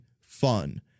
fun